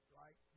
right